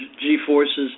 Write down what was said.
G-forces